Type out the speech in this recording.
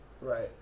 Right